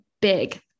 big